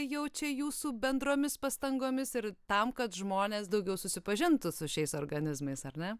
jau čia jūsų bendromis pastangomis ir tam kad žmonės daugiau susipažintų su šiais organizmais ar ne